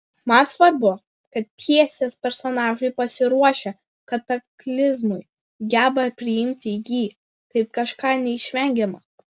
man svarbu kad pjesės personažai pasiruošę kataklizmui geba priimti jį kaip kažką neišvengiama